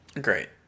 great